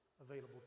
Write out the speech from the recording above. available